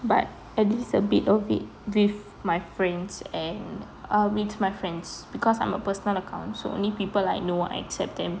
but at least a bit of it with my friends and ah with my friends because I'm a personal account so only people I know I accept them